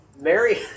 Mary